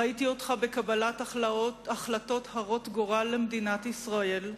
ראיתי אותך בקבלת החלטות הרות-גורל למדינת ישראל.